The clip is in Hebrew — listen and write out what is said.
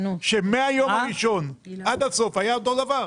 שמהיום הראשון עד הסוף היה אותו דבר.